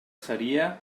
seria